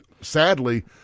Sadly